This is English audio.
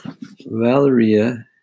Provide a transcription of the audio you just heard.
valeria